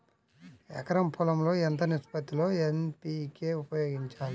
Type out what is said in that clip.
ఎకరం పొలం లో ఎంత నిష్పత్తి లో ఎన్.పీ.కే ఉపయోగించాలి?